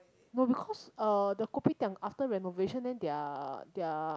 no because uh the kopitiam after renovation then they're they're